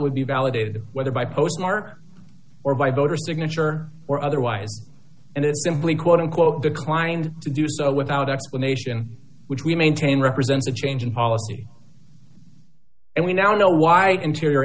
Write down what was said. would be validated whether by postmark or by voter signature or otherwise and it simply quote unquote declined to do so without explanation which we maintain represents a change in policy and we now know why interior